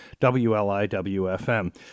wliwfm